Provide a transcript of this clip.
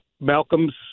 Malcolm's